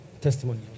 testimony